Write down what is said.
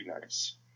nice